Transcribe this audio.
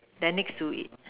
then next to it